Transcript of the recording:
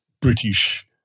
British